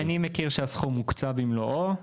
אני מכיר שהסכום הוקצה במלואו.